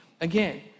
Again